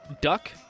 Duck